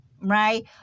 right